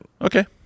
Okay